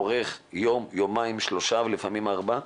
זה אורך יום, יומיים, שלושה ולפעמים גם ארבעה?